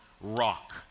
rock